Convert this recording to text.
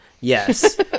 yes